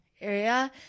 area